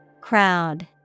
Crowd